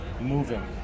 moving